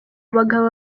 bagabo